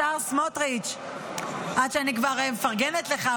השר סמוטריץ' עד שאני כבר מפרגנת לך,